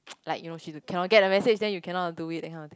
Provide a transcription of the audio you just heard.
like you know she cannot get the message then you cannot do it that kind of thing